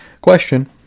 Question